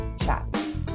chats